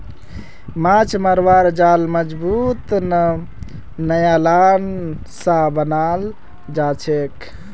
माछ मरवार जाल मजबूत नायलॉन स बनाल जाछेक